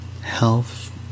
health